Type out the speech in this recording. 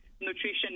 nutrition